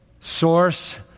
source